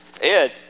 Ed